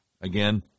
again